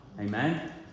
Amen